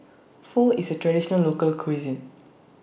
Pho IS A Traditional Local Cuisine